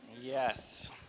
Yes